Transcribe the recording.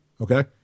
okay